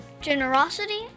generosity